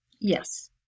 Yes